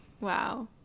wow